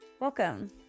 Welcome